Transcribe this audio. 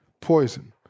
Poison